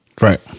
Right